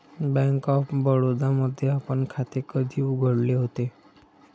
Bank of Baroda मध्ये आपण खाते कधी उघडले होते?